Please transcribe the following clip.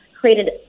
created